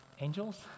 angels